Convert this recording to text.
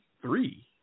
three